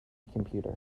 computer